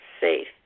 safe